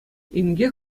инкек